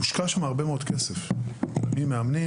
מושקע שם הרבה מאוד כסף עם מאמנים,